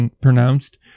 pronounced